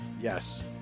Yes